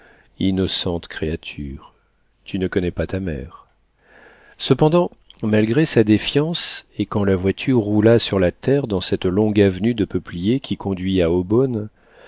innocente créature tu ne connais pas ta mère cependant malgré sa défiance et quand la voiture roula sur la terre dans cette longue avenue de peupliers qui conduit à